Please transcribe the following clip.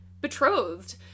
betrothed